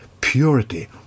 Purity